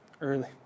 Early